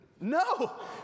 No